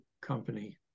company